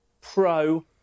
pro